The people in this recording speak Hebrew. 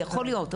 יכול להיות,